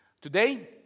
Today